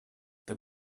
this